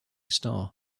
star